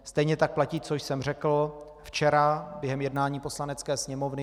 Stejně tak platí, co jsem řekl včera během jednání Poslanecké sněmovny.